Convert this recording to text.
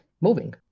moving